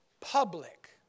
public